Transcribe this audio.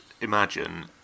imagine